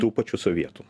tų pačių sovietų